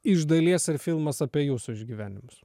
iš dalies ir filmas apie jūsų išgyvenimus